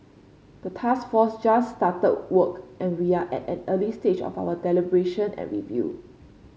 the task force just started work and we are at an early stage of our deliberation and review